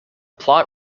plot